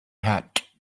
hat